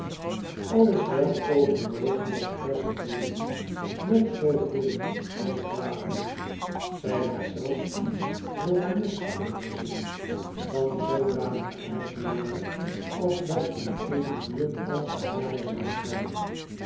alles wel overwogen was pleasant riderhood nog zoo heel heel kwaad niet zij had zelé iets romanesks over zich van zoodanigen aard namelijk als dat in eene buurt als de hare zijn kan